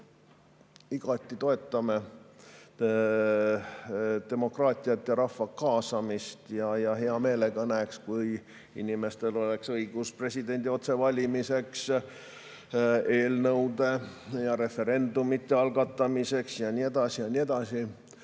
igati toetame demokraatiat ja rahva kaasamist ja hea meelega näeks, et inimestel oleks õigus presidendi otsevalimiseks, eelnõude ja referendumite algatamiseks ja nii edasi. Aga see